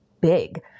big